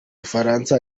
bufaransa